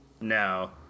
No